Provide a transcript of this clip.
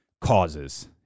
causes